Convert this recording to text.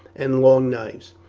and long knives.